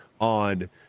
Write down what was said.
on